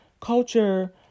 culture